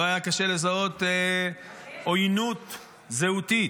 לא היה קשה לזהות עוינות זהותית,